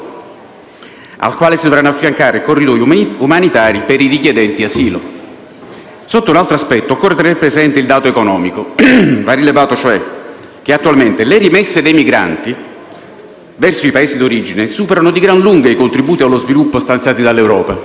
al quale si dovranno affiancare corridoi umanitari per i richiedenti asilo. Sotto un altro aspetto, occorre tener presente il dato economico. Va rilevato, cioè, che attualmente le rimesse dei migranti verso i Paesi d'origine superano di gran lunga i contributi allo sviluppo stanziati dall'Europa.